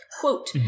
quote